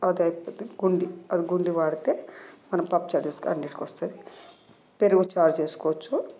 అదె గుండి గుండి వాడితే మనం పప్పుచారు చేసుకో అన్నింటికి వస్తుంది పెరుగు చారు చేసుకోవచ్చు